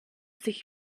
sich